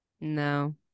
no